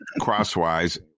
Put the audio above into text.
crosswise